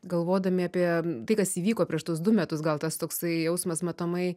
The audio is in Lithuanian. galvodami apie tai kas įvyko prieš tuos du metus gal tas toksai jausmas matomai